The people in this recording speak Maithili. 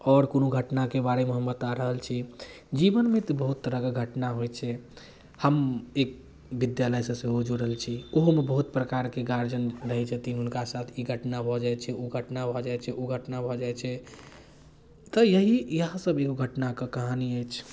आओर कोनो घटनाके बारेमे हम बता रहल छी जीवनमे तऽ बहुत तरहके घटना होइ छै हम एक विद्यालयसँ सेहो जुड़ल छी ओहोमे बहुत प्रकारके गार्जिअन रहै छथिन हुनका साथ ई घटना भऽ जाइ छै ओ घटना भऽ जाइ छै ओ घटना भऽ जाइ छै तऽ यही इएहसब एगो घटनाके कहानी अछि